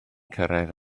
cyrraedd